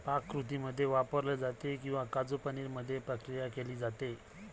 पाककृतींमध्ये वापरले जाते किंवा काजू पनीर मध्ये प्रक्रिया केली जाते